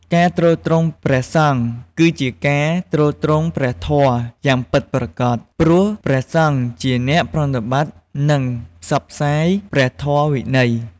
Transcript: ការទ្រទ្រង់ព្រះសង្ឃ គឺជាការទ្រទ្រង់ព្រះធម៌យ៉ាងពិតប្រាកដ ព្រោះព្រះសង្ឃជាអ្នកប្រតិបត្តិ និងផ្សព្វផ្សាយព្រះធម៌វិន័យ។